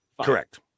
correct